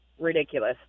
ridiculous